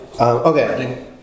Okay